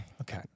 Okay